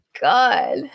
God